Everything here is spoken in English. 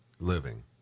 living